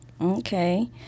Okay